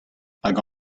hag